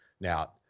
Now